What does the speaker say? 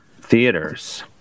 theaters